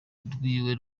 rwiwe